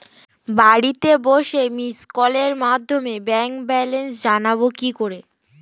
বাড়িতে বসে মিসড্ কলের মাধ্যমে ব্যাংক ব্যালেন্স জানবো কি করে?